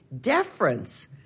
Deference